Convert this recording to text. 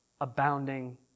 abounding